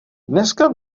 dneska